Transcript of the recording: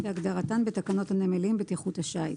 כהגדרתן בתקנות הנמלים בטיחות השיט,